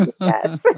Yes